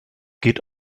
geht